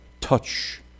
touch